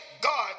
God